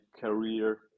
career